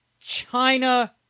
China